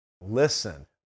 listen